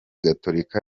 gatolika